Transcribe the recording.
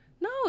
No